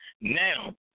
Now